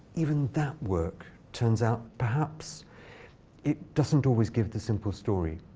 even that work turns out perhaps it doesn't always give the simple story.